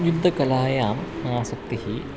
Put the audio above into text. युद्धकलायाम् आसक्तिः